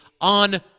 on